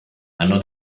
hanno